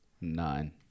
Nine